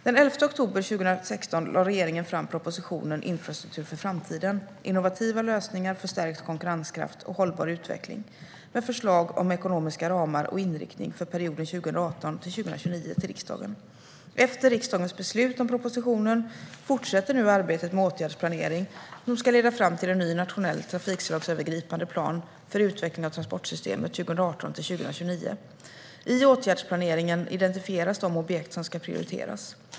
Den 11 oktober 2016 lade regeringen fram propositionen Infrastruktur för framtiden - Innovativa lösningar för stärkt konkurrenskraft och hållbar utveckling , med förslag om ekonomiska ramar och inriktning för perioden 2018-2029, till riksdagen. Efter riksdagens beslut om propositionen fortsätter nu arbetet med åtgärdsplanering, som ska leda fram till en ny nationell trafikslagsövergripande plan för utveckling av transportsystemet 2018-2029. I åtgärdsplaneringen identifieras de objekt som ska prioriteras.